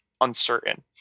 uncertain